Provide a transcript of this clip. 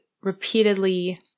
repeatedly